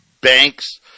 banks –